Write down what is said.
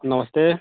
नमस्ते